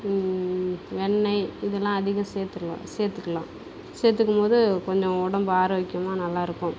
வெண்ணெய் இதெல்லாம் அதிகம் சேர்த்துக்கலாம் சேர்த்துக்கலாம் சேர்த்துக்கும் போது கொஞ்சம் உடம்பு ஆரோக்கியமாக நல்லாயிருக்கும்